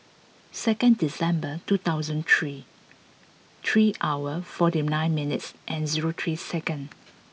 second December two thousand three three hour forty nine minutes and zero three second